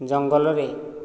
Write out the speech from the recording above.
ଜଙ୍ଗଲରେ